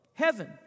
heaven